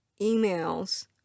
emails